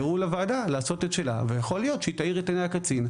אבל תאפשרו לוועדה לעשות את שלה ויכול להיות שהיא תאיר את עיניי הקצין,